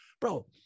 bro